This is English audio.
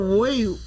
wait